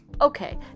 okay